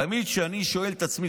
תמיד אני שואל את עצמי,